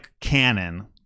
canon